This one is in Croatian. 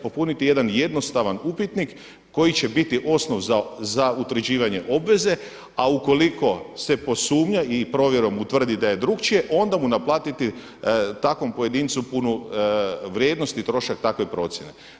Popuniti jedan jednostavan upitnik koji će biti osnov za utvrđivanje obveze, a ukoliko se posumnja i provjerom utvrdi da je drukčije, onda mu naplatiti takvom pojedincu punu vrijednost i trošak takve procjene.